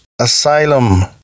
asylum